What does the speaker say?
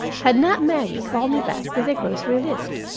had not maggie called me back with a grocery list.